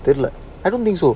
the lah I don't think so